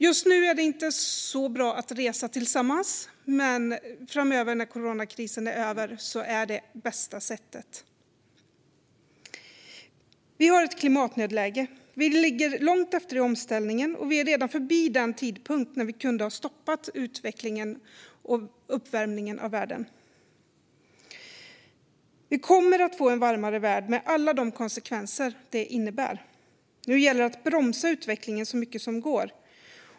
Just nu är det inte så bra att resa tillsammans. Men framöver, när coronakrisen är över, är detta det bästa sättet. Vi har ett klimatnödläge. Vi ligger långt efter i omställningen, och vi är redan förbi den tidpunkt när vi kunde ha stoppat utvecklingen och uppvärmningen av världen. Vi kommer att få en varmare värld med alla de konsekvenser det innebär. Nu gäller det att bromsa utvecklingen så mycket det går.